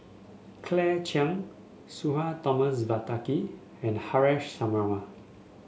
Claire Chiang Sudhir Thomas Vadaketh and Haresh Sharma